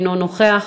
אינו נוכח.